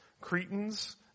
Cretans